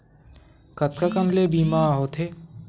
कतका कन ले बीमा होथे?